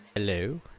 hello